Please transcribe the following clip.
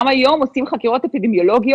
גם היום עושים חקירות אפידמיולוגיות.